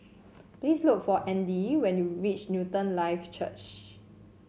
please look for Andy when you reach Newton Life Church